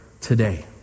today